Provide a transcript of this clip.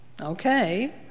Okay